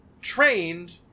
trained